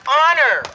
honor